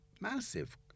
massive